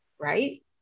Right